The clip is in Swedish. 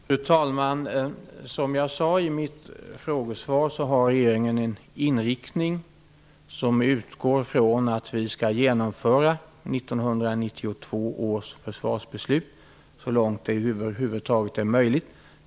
Fru talman! Som jag sade i mitt frågesvar har regeringen en inriktning som utgår från att vi skall genomföra 1992 års försvarsbeslut så långt det över hvuvd taget är möjligt.